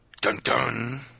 Dun-dun